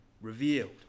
revealed